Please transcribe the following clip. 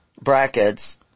brackets